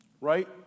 right